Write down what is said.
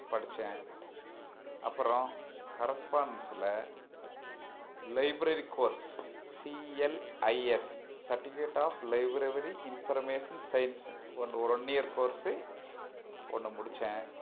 படித்தேன் அப்புறம் கரஸ்பாண்ட்ஸுல் library course CLIS certificate of library information science one ஒரு ஒன் இயர் கோர்ஸ்ஸு ஒன்று முடித்தேன்